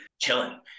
chilling